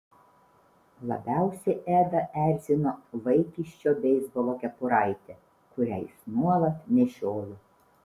labiausiai edą erzino vaikiščio beisbolo kepuraitė kurią jis nuolat nešiojo